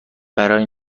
برای